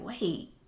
wait